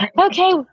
okay